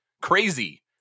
Crazy